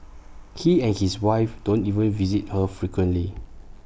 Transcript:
he and his wife don't even visit her frequently